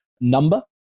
number